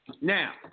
Now